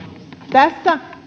tässä